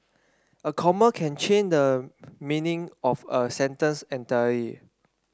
a comma can change the meaning of a sentence entirely